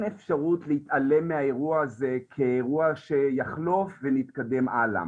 אין אפשרות להתעלם מהאירוע הזה כאירוע שיחלוך ולהתקדם הלאה.